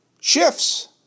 Shifts